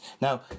Now